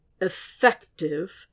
Effective